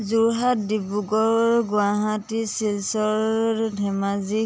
Jorhat Dibrugarh Guwahati Silchar Dhemaji